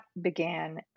began